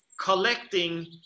collecting